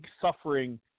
suffering